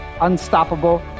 Unstoppable